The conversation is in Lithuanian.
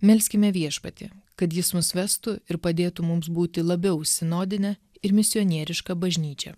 melskime viešpatį kad jis mus vestų ir padėtų mums būti labiau sinodine ir misionieriška bažnyčia